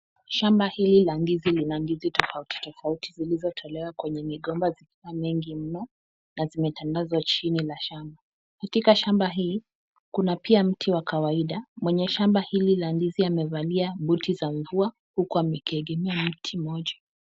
Shamba hili la ndizi lina ndizi nyingi tofauti tofauti zilizotolewa kwenye migomba zikiwa nyingi mno na zimetandazwa chini na shamba. Katika hamba hii kuna pia mti wa kawaida. Mwenye shamba hili la mandizi amevalia buti za mvua huku akiegemea mti mmoja.